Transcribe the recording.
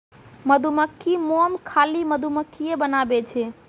मधुमक्खी मोम खाली मधुमक्खिए बनाबै छै